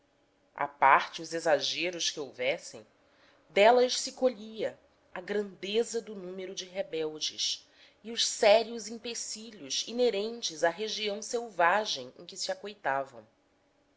à parte os exageros que houvessem delas se colhiam a grandeza do número de rebeldes e os sérios empecilhos inerentes à região selvagem em que se